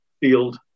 Field